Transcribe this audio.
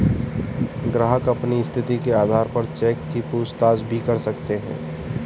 ग्राहक अपनी स्थिति के आधार पर चेक की पूछताछ भी कर सकते हैं